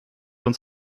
uns